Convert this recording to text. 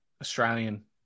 Australian